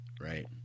right